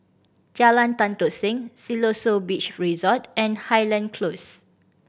Jalan Tan Tock Seng Siloso Beach Resort and Highland Close